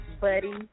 buddy